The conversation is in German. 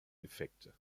effekte